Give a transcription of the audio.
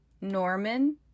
Norman